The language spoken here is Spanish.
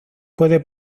puede